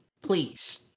please